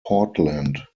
portland